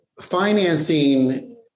financing